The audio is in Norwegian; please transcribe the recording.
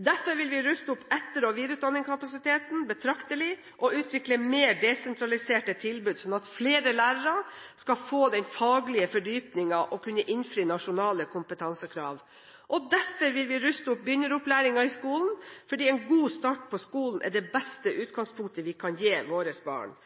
ruste opp etter- og videreutdanningskapasiteten betraktelig og utvikle flere desentraliserte tilbud, sånn at flere lærere skal få den faglige fordypningen for å kunne innfri nasjonale kompetansekrav ruste opp begynneropplæringen, for en god start på skolen er det beste utgangspunktet vi kan gi våre barn.